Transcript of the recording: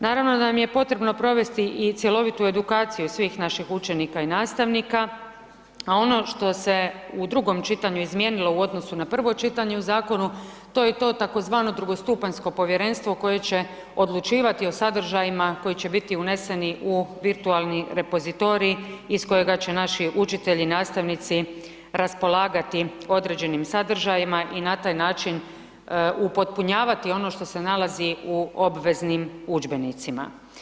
Naravno da nam je potrebno provesti i cjelovitu edukaciju svih naših učenika i nastavnika, a ono što se u drugom čitanju izmijenilo u odnosu na prvo čitanje u zakonu to je to tzv. drugostupanjsko povjerenstvo koje će odlučivati o sadržajima koji će biti uneseni u virtualni repozitorij iz kojega će naši učitelji, nastavnici raspolagati određenim sadržajima i na taj način upotpunjavati ono što se nalazi u obveznim udžbenicima.